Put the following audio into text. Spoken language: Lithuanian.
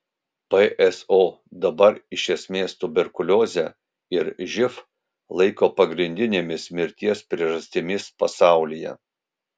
pso dabar iš esmės tuberkuliozę ir živ laiko pagrindinėmis mirties priežastimis pasaulyje